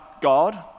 God